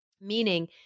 meaning